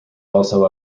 also